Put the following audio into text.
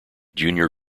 junior